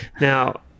Now